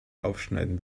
aufschneiden